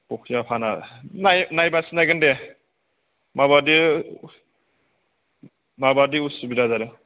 अकिया फाना नायबा सिनायगोन दे माबायदि माबायदि असुबिदा जादों